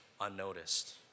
unnoticed